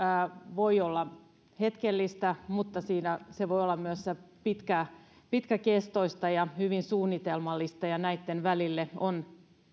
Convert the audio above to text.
voi olla hetkellistä mutta se voi olla myös pitkäkestoista ja hyvin suunnitelmallista ja näitten välille on